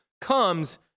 comes